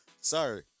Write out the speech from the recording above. sorry